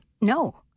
No